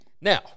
Now